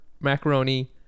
macaroni